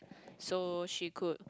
so she could